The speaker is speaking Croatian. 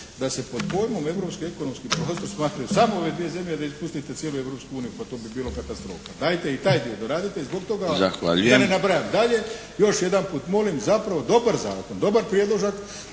da se pod pojmom europski ekonomski prostor smatraju samo ove dvije zemlje i da pustite cijelu Europsku uniju pa to bi bilo katastrofa. Dajte i taj dio doradite i zbog toga da ne nabrajam dalje, još jedanput molim zapravo dobar zakon, dobar predložak